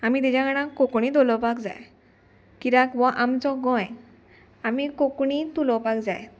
आमी तेज्या कारणान कोंकणी उलोवपाक जाय किद्याक वो आमचो गोंय आमी कोंकणी उलोवपाक जाय